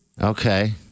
Okay